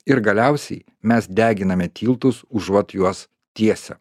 ir galiausiai mes deginame tiltus užuot juos tiesę